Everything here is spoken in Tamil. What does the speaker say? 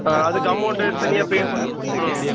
அதுக்கு அமௌண்ட்டு தனியாக பே பண்ணும் ம்